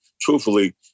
Truthfully